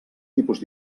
tipus